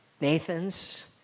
Nathans